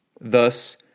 Thus